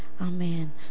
Amen